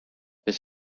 this